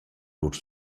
lur